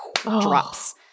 drops